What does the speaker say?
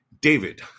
David